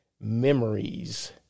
memories